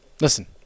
listen